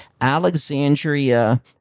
Alexandria